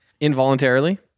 Involuntarily